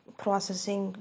processing